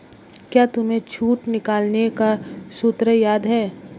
क्या तुम्हें छूट निकालने का सूत्र याद है?